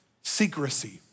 secrecy